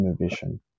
innovation